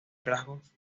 rasgos